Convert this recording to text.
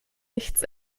nichts